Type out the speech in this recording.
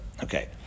Okay